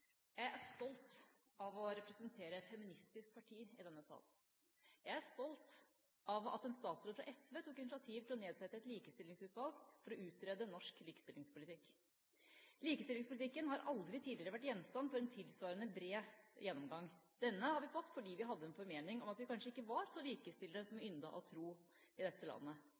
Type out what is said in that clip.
stolt over at en statsråd fra SV tok initiativet til å nedsette et likestillingsutvalg for å utrede norsk likestillingspolitikk. Likestillingspolitikken har aldri tidligere vært gjenstand for en tilsvarende bred gjennomgang – denne har vi fått fordi vi hadde en formening om at vi kanskje ikke var så likestilte som vi yndet å tro i dette landet.